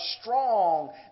strong